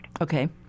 okay